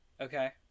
Okay